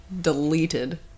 deleted